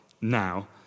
now